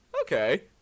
okay